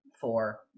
four